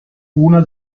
una